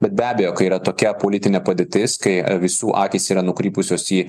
bet be abejo kai yra tokia politinė padėtis kai visų akys yra nukrypusios į